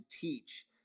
teach